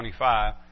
25